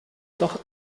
doch